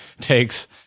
takes